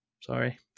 Sorry